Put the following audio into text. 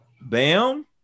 Bam